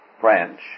French